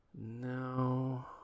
No